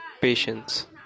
patience